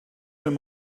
him